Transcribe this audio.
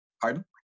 Pardon